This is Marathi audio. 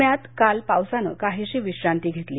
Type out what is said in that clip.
पण्यात काल पावसानं काहीशी विश्रांती घेतली